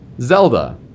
Zelda